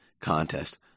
Contest